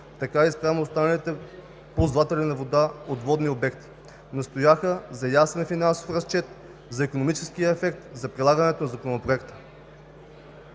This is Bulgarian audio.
така и спрямо останалите ползватели на вода от водни обекти. Настояха за ясен финансов разчет за икономическия ефект от прилагането на Законопроекта.